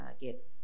get